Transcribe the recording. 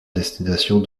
destination